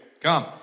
Come